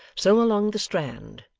so along the strand,